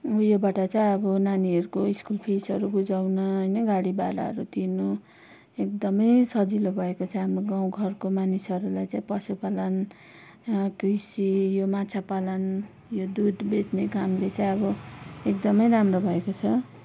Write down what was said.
उयोबाट चाहिँ अब नानीहरूको स्कुल फिसहरू बुझाउन होइन गाडी भाडाहरू तिर्नु एकदमै सजिलो भएको छ हाम्रो गाउँघरको मानिसहरूलाई चाहिँ पशुपालन कृषि यो माछा पालन यो दुध बेच्ने कामले चाहिँ अब एकदमै राम्रो भएको छ